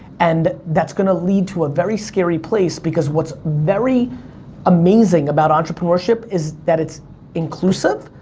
and that's gonna lead to a very scary place, because what's very amazing about entrepreneurship is that it's inclusive,